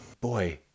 Boy